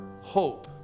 hope